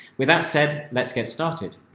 with that said, let's get started.